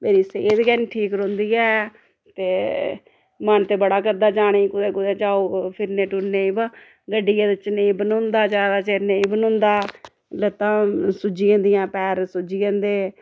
मेरी सेह्त गै नेईं ठीक रौंह्दी ऐ ते मन ते बड़ा करदा जाने गी कुदै कुदै जाओ फिरने टुरने गी बा गड्डियै च नेईं बनोंदा ज्यादा चिर नेईं बनोंदा लत्तां सुज्जी जंदियां पैर सुज्जी जंदे